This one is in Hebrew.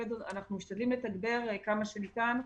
אנחנו משתדלים לתגבר כמה שניתן,